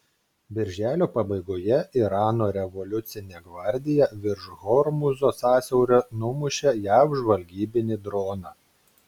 birželio pabaigoje irano revoliucinė gvardija virš hormūzo sąsiaurio numušė jav žvalgybinį droną